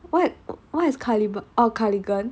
what what is caliber oh cardigan